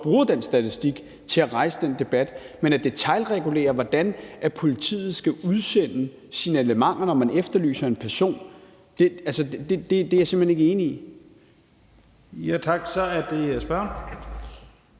bruger den statistik til at rejse den debat. Men at detailregulere, hvordan politiet skal udsende signalementer, når man efterlyser en person, er jeg simpelt hen ikke enig i at man skal.